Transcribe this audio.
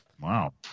Wow